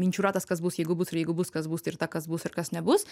minčių ratas kas bus jeigu bus ir jeigu bus kas bus tai ryte kas bus ir kas nebus